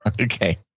Okay